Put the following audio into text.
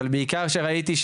אבל בעיקר שראיתי,